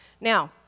Now